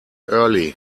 early